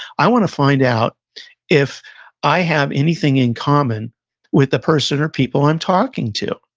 i want to find out if i have anything in common with the person or people i'm talking to.